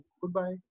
goodbye